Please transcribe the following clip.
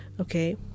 okay